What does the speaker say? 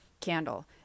candle